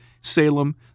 Salem